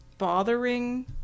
bothering